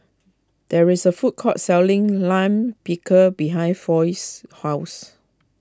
there is a food court selling Lime Pickle behind Foy's house